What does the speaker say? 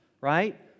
right